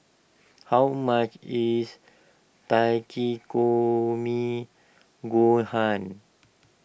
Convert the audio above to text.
how much is Takikomi Gohan